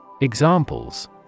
Examples